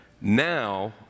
Now